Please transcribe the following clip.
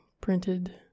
printed